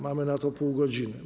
Mamy na to pół godziny.